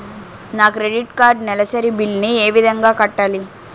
నా credit card నెలసరి bill ని ఏ విధంగా కట్టాలి?